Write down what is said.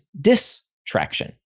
distraction